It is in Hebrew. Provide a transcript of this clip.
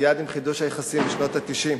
מייד עם חידוש היחסים בשנות ה-90,